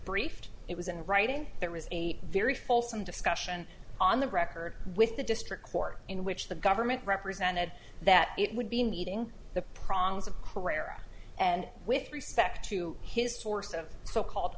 briefed it was in writing there was a very fulsome discussion on the record with the district court in which the government represented that it would be meeting the prongs of karada and with respect to his source of so called